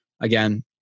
Again